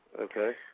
Okay